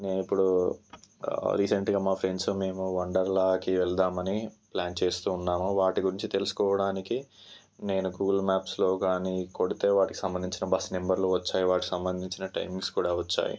నేనిప్పుడు రీసెంట్గా మా ఫ్రెండ్స్ మేము వండర్లాకి వెళదామని ప్ల్యాన్ చేస్తూ ఉన్నాము వాటి గురించి తెలుసుకోవడానికి నేను గూగుల్ మ్యాప్స్ లో గానీ కొడితే వాటికి సంబంధించిన బస్ నెంబర్లు వచ్చాయి వాటికి సంబంధించిన టైమింగ్స్ కూడా వచ్చాయి